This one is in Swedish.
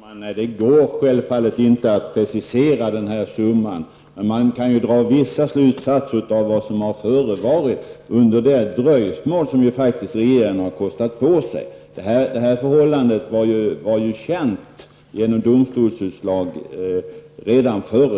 Herr talman! Det går självfallet inte att precisera summan. Man kan dra vissa slutsatser av vad som förevarit under det dröjsmål som regeringen har kostat på sig. Detta förhållande var ju känt redan före